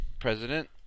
president